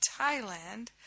Thailand